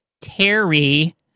Terry